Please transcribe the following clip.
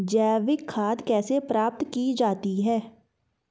जैविक खाद कैसे प्राप्त की जाती है?